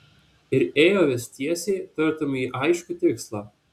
ir ėjo vis tiesiai tartum į aiškų tikslą